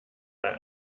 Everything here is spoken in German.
bei